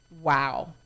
wow